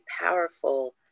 powerful